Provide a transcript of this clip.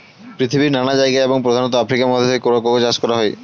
পৃথিবীর নানা জায়গায় এবং প্রধানত আফ্রিকা মহাদেশে কোকো চাষ করা হয়